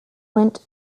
went